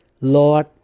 Lord